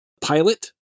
pilot